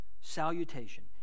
salutation